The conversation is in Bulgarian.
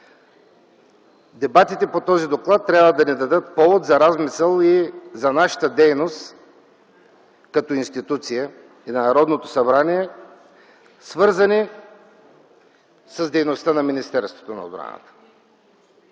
Дебатите по този доклад трябва да ни дадат повод за размисъл за нашата дейност като институция – на Народното събрание, свързана с дейността на Министерството на отбраната.